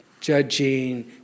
judging